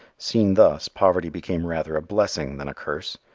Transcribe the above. seen thus poverty became rather a blessing than a curse,